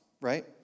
right